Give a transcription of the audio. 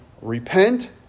repent